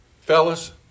fellas